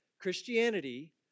Christianity